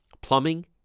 Plumbing